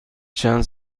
چند